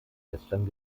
gestern